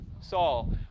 Saul